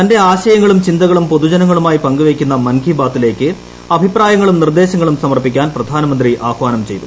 തന്റെ ആശയങ്ങളും ചിന്തകളും പൊതുജനങ്ങളുമായി പങ്കുവയ്ക്കുന്ന മൻ കി ബാത്തി ലേക്ക് അഭിപ്രായങ്ങളും നിർദ്ദേശങ്ങളും സമർപ്പിക്കാൻ പ്രധാനമന്ത്രി ആഹ്വാനം ചെയ്തു